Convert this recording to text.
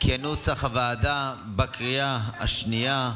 כנוסח הוועדה, בקריאה השנייה.